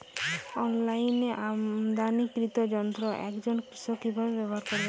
অনলাইনে আমদানীকৃত যন্ত্র একজন কৃষক কিভাবে ব্যবহার করবেন?